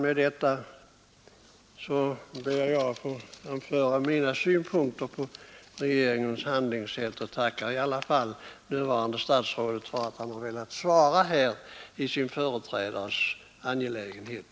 Med det anförda har jag velat ange mina synpunkter på regeringens handlingssätt i detta fall men tackar ändå statsrådet Lundkvist för att han här har velat svara på en fråga som hört till hans företrädares ärenden.